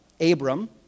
Abram